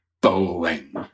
bowling